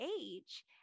age